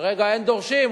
כרגע אין דורשים,